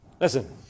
Listen